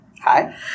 Hi